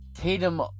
Tatum